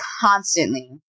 constantly